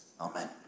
Amen